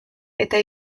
eta